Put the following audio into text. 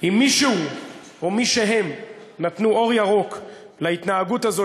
אם מישהו או מישהם נתנו אור ירוק להתנהגות הזאת,